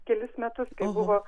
kelis metus buvo